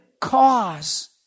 cause